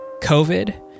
COVID